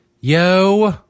Yo